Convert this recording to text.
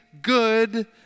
good